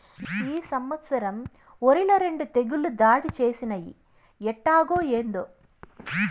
ఈ సంవత్సరం ఒరిల రెండు తెగుళ్ళు దాడి చేసినయ్యి ఎట్టాగో, ఏందో